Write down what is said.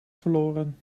verloren